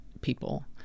people